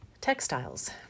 Textiles